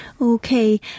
Okay